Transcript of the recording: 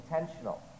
intentional